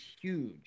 huge